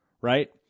right